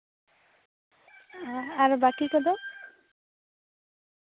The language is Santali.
ᱟᱨ ᱵᱟᱠᱤ ᱠᱚᱫᱚ